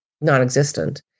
non-existent